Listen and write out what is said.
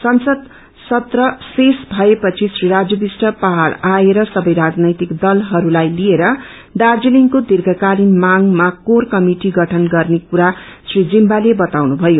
संसद सत्र श्रेष भए पछि श्री राजु विष्ट पहाङ आएर सबै राजनैतिक दलहरूलाई लिएर दार्जीलिङको दीर्षकालिन मागमा कोर कमिटि गठन गर्ने कुरा श्री जिम्बाले बताउनु भयो